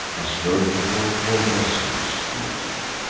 as rode before tall vessels on the deep.